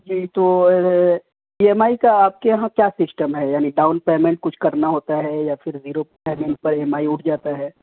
جی تو E M I کا آپ کے یہاں کیا سسٹم ہے یعنی ڈاؤن پیمنٹ کچھ کرنا ہوتا ہے یا پھر زیرو پیمنٹ پر ای ایم آئی اٹھ جاتا ہے